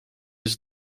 his